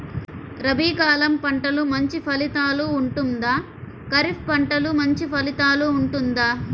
రబీ కాలం పంటలు మంచి ఫలితాలు ఉంటుందా? ఖరీఫ్ పంటలు మంచి ఫలితాలు ఉంటుందా?